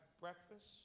breakfast